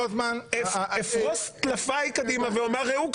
כאילו אפרוס טלפיי קדימה ואומר: ראו,